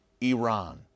Iran